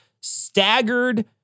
staggered